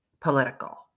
political